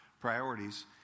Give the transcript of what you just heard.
priorities